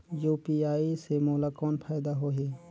UPI से मोला कौन फायदा होही?